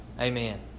Amen